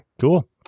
Cool